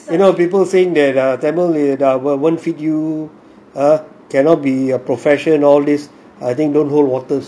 so you know people saying that tamil won't feed you ah cannot be a profession all these think don't hold waters